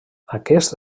aquest